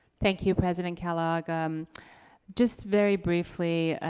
thank you, president kellogg. ah um just very briefly,